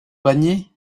panier